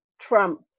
Trump